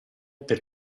per